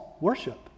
worship